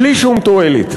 בלי שום תועלת.